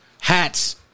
hats